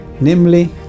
namely